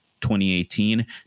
2018